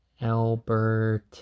Albert